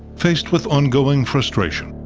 faced with ongoing frustration,